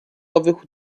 owych